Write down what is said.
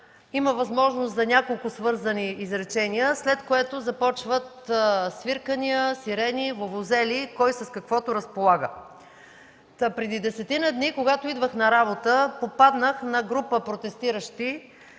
има възможност за няколко свързани изречения, след което започват свиркания, сирени, вувузели – който с каквото разполага. Преди десетина дни, когато идвах на работа, попаднах на група протестиращи